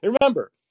Remember